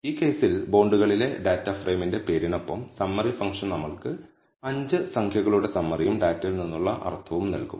ഈ കേസിൽ ബോണ്ടുകളിലെ ഡാറ്റ ഫ്രെയിമിന്റെ പേരിനൊപ്പം സമ്മറി ഫംഗ്ഷൻ നമ്മൾക്ക് 5 സംഖ്യകളുടെ സമ്മറിയും ഡാറ്റയിൽ നിന്നുള്ള അർത്ഥവും നൽകും